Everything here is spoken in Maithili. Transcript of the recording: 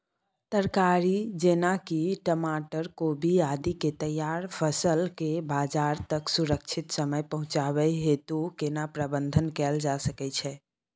तरकारी जेना की टमाटर, कोबी आदि के तैयार फसल के बाजार तक सुरक्षित समय पहुँचाबै हेतु केना प्रबंधन कैल जा सकै छै?